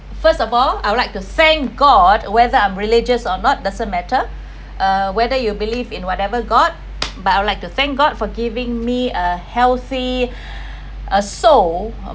first of all I would like to thank god whether I’m religious or not doesn't matter uh whether you believe in whatever god but I would like to thank god for giving me a healthy uh soul